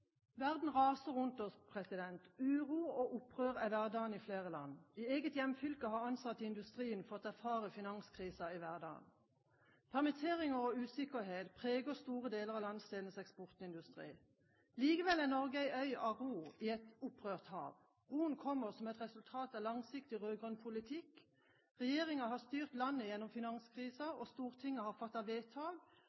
Verden raser rundt oss, uro og opprør er hverdagen i flere land. I eget hjemfylke har ansatte i industrien fått erfare finanskrisen i hverdagen. Permitteringer og usikkerhet preger store deler av landsdelens eksportindustri. Likevel er Norge en øy av ro i et opprørt hav. Roen kommer som et resultat av langsiktig rød-grønn politikk. Regjeringen har styrt landet gjennom